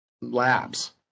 Labs